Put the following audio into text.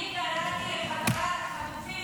אני קראתי להחזרת החטופים,